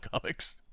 comics